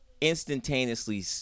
instantaneously